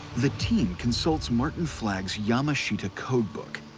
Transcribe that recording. the team consults martin flagg's yamashita code book,